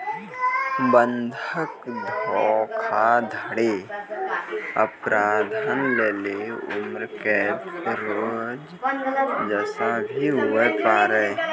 बंधक धोखाधड़ी अपराध लेली उम्रकैद रो सजा भी हुवै पारै